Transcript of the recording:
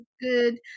good